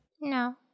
No